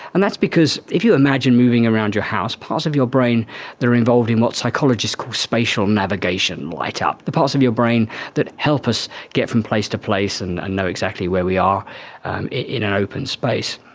and that's because if you imagine moving around your house, parts of your brain that are involved in what psychologists called spatial navigation light up. the parts of your brain that help us get from place to place and and know exactly where we are in an open space.